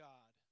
God